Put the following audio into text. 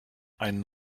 einen